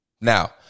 Now